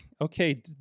okay